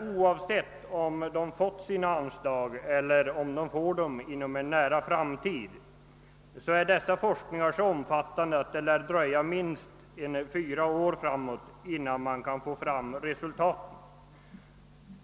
Oavsett om institutet fått sina anslag eller kommer att få sådana inom en nära framtid, är emellertid dessa forskningar så omfattande att det lär dröja minst fyra år innan man kan få fram resultaten av dem.